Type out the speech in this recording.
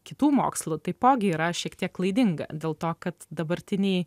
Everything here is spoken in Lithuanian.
kitų mokslų taipogi yra šiek tiek klaidinga dėl to kad dabartiniai